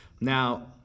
now